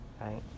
right